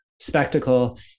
spectacle